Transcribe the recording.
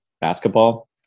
basketball